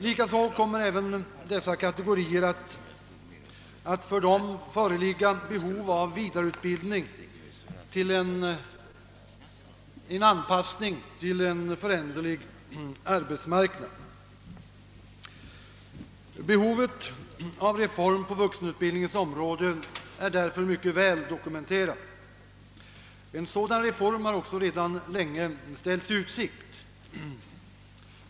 Likaså kommer det även för dessa kategorier att föreligga behov av vidareutbildning som ett led i anpassningen till en föränderlig arbetsmarknad. Behovet av en reform på vuxenutbildningens område är alltså mycket väl dokumenterad. En sådan reform har också redan länge ställts i utsikt.